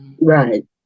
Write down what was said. Right